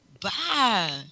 Bye